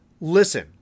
Listen